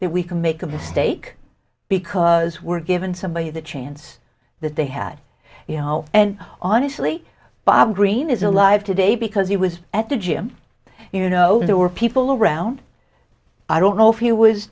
that we can make a mistake because we're given somebody the chance that they had you know and honestly bob greene is alive today because he was at the gym you know there were people around i don't know if you was